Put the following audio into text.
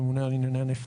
ממונה על ענייני הנפט.